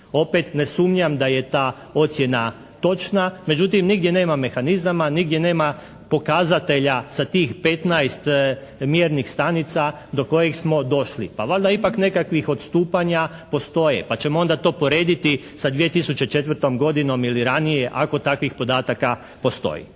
Opet ne sumnjam da je ta ocjena točna, međutim nigdje nema mehanizama, nigdje nema pokazatelja sa tih 15 mjernih stanica do kojih smo došli. Pa valjda ipak nekakvih odstupanja postoje, pa ćemo onda to porediti sa 2004. godinom ili ranije ako takvih podataka postoji.